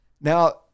Now